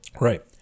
Right